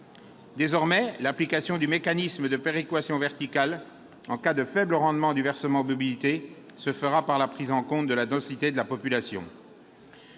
Désormais, l'application du mécanisme de péréquation verticale en cas de faible rendement du versement mobilité se fera par la prise en compte de la densité de la population.